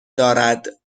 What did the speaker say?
دارد